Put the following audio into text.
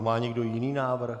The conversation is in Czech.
Má někdo jiný návrh?